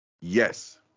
Yes